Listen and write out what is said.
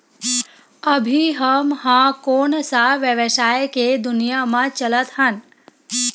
अभी हम ह कोन सा व्यवसाय के दुनिया म चलत हन?